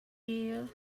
year